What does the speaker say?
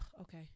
okay